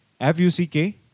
F-U-C-K